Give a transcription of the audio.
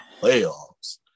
playoffs